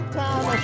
time